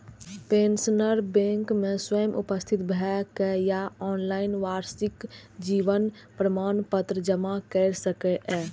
pensioner bank मे स्वयं उपस्थित भए के या ऑनलाइन वार्षिक जीवन प्रमाण पत्र जमा कैर सकैए